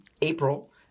april